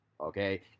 Okay